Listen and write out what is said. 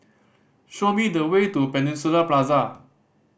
show me the way to Peninsula Plaza